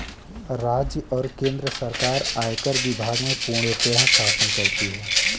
राज्य और केन्द्र सरकार आयकर विभाग में पूर्णतयः शासन करती हैं